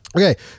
Okay